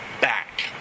back